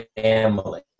family